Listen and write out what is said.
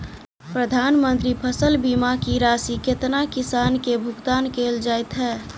प्रधानमंत्री फसल बीमा की राशि केतना किसान केँ भुगतान केल जाइत है?